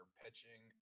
pitching